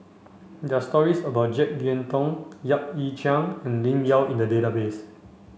there are stories about Jek Yeun Thong Yap Ee Chian and Lim Yau in the database